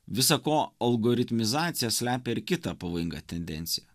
visa ko algoritmizacija slepia ir kitą pavojingą tendenciją